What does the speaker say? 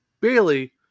bailey